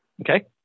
Okay